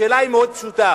השאלה היא מאוד פשוטה,